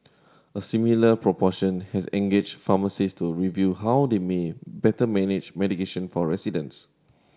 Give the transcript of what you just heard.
a similar proportion has engaged pharmacist to review how they may better manage medication for residents